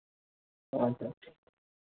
ᱦᱮᱸ ᱥᱮ